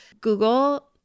Google